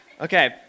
Okay